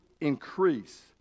increase